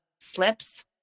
slips